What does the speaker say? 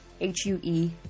H-U-E